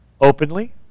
Openly